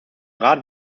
rat